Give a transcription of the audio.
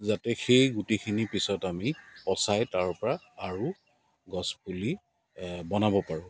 যাতে সেই গুটিখিনি পিছত আমি পচাই তাৰ পৰা আৰু গছপুলি বনাব পাৰোঁ